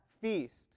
feast